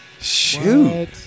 Shoot